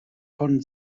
von